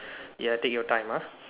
ya take your time uh